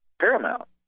paramount